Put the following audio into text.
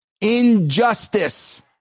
injustice